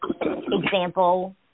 example